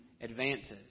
advances